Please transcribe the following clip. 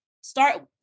start